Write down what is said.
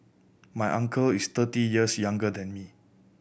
my uncle is thirty years younger than me